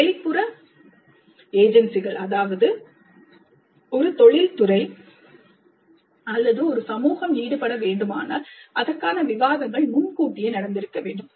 வெளிப்புற ஏஜென்சிகள் அதாவது ஒரு தொழில் துறை அல்லது ஒரு சமூகம் ஈடுபட வேண்டுமானால் அதற்கான விவாதங்கள் முன்கூட்டியே நடந்திருக்க வேண்டும்